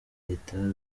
itabi